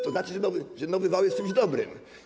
To znaczy, że nowy wał jest czymś dobrym.